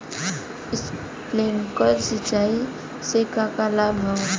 Sprinkler सिंचाई से का का लाभ ह?